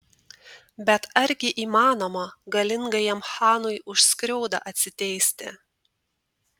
bet argi įmanoma galingajam chanui už skriaudą atsiteisti